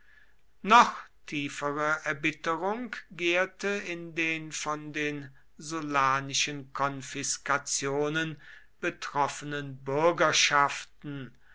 noch tiefere erbitterung gärte in den von den sullanischen konfiskationen betroffenen bürgerschaften